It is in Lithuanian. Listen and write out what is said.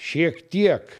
šiek tiek